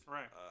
Right